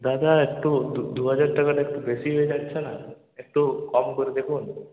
দাদা একটু দু দুহাজার টাকাটা একটু বেশি হয়ে যাচ্ছে না একটু কম করে দেখুন